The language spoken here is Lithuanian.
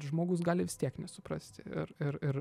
žmogus gali tiek nesuprasti ir ir ir